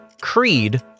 Creed